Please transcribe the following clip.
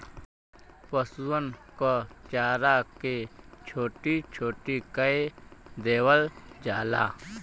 पसुअन क चारा के छोट्टी छोट्टी कै देवल जाला